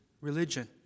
religion